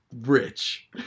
rich